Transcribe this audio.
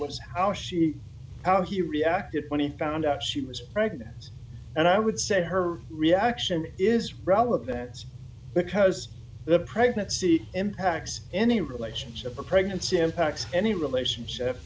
was how she how he reacted when he found out she was pregnant and i would say her reaction is problem that is because the pregnancy impacts any relationship or pregnancy impacts any relationship